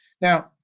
Now